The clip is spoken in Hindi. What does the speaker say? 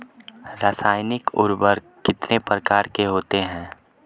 रासायनिक उर्वरक कितने प्रकार के होते हैं?